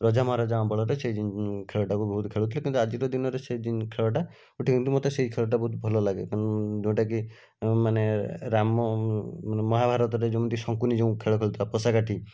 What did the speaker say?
ରଜା ମହାରାଜାଙ୍କ ଅମଳରେ ସେ ଖେଳଟାକୁ ବହୁତ ଖେଳୁଥିଲେ କିନ୍ତୁ ଆଜିର ଦିନରେ ସେ ଖେଳଟା ଗୋଟେ କିନ୍ତୁ ମୋତେ ସେଇ ଖେଳଟା ବହୁତ ଭଲ ଲାଗେ ଯେଉଁଟାକି ମାନେ ରାମ ମାନେ ମହାଭାରତରେ ଯେମିତି ଶଙ୍କୁନି ଯେଉଁ ଖେଳ ଖେଳୁଥିଲା ପଶା କାଠି